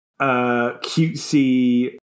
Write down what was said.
cutesy